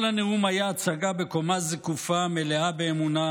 כל הנאום היה הצגה בקומה זקופה מלאה באמונה,